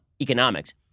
Economics